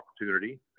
opportunity